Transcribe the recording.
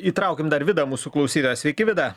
įtraukim dar vidą mūsų klausytoją sveiki vida